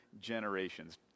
generations